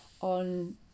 On